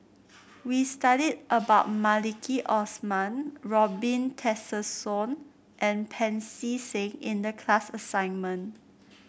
we studied about Maliki Osman Robin Tessensohn and Pancy Seng in the class assignment